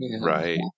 Right